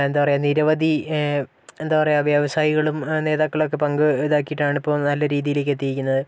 എന്താ പറയുക നിരവധി എന്താ പറയുക വ്യവസായികളും നേതാക്കളുമൊക്കെ പങ്ക് ഇതാക്കിയിട്ടാണ് ഇപ്പൊൾ നല്ല രീതിയിലേക്ക് എത്തിയിരിക്കുന്നത്